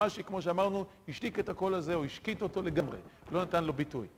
מה שכמו שאמרנו, השתיק את הקול הזה, או השקיט אותו לגמרי, לא נתן לו ביטוי.